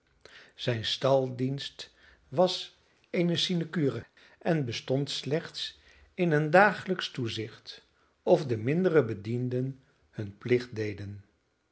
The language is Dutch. zijn staldienst was eene sinecure en bestond slechts in een dagelijksch toezicht of de mindere bedienden hun plicht deden